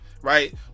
right